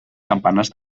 campanes